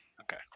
okay